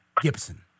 Gibson